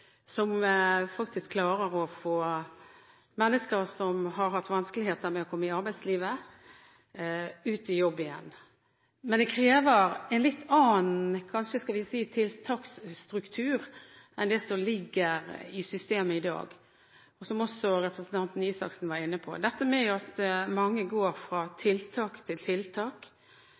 Integration, som faktisk klarer å få mennesker som har hatt vanskeligheter med å komme i arbeidslivet, ut i jobb igjen. Men det krever en litt annen tiltaksstruktur enn det som ligger i systemet i dag, for – som representanten Røe Isaksen også var inne på – mange går fra tiltak til tiltak.